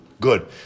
Good